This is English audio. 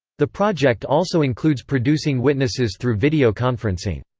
the project also includes producing witnesses through video conferencing.